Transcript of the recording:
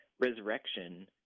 resurrection